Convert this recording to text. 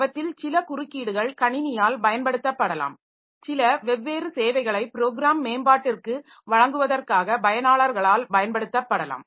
அவற்றில் சில குறுக்கீடுகள் கணினியால் பயன்படுத்தப்படலாம் சில வெவ்வேறு சேவைகளை ப்ரோக்ராம் மேம்பாட்டிற்க்கு வழங்குவதற்காக பயனாளர்களால் பயன்படுத்தப்படலாம்